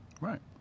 Right